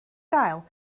gael